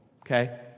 Okay